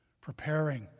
preparing